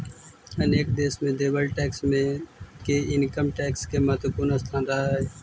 अनेक देश में देवल टैक्स मे के इनकम टैक्स के महत्वपूर्ण स्थान रहऽ हई